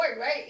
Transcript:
right